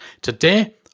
Today